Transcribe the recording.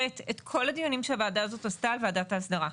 את כל הדיונים שהוועדה הזאת עשתה על ועדת ההסדרה.